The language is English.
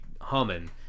humming